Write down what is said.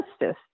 justice